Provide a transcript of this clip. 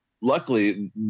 luckily